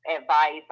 advice